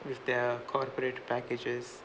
with their corporate packages